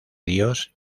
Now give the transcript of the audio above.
dios